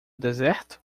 deserto